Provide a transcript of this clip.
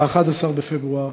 11 בפברואר,